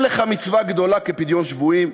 ואין לך מצווה גדולה כפדיון שבויים,